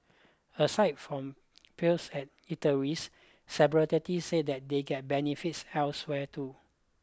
aside from perks at eateries said that they get benefits elsewhere too